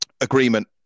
agreement